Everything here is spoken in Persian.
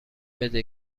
بده